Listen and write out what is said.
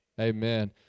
amen